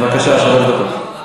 בבקשה, שלוש דקות.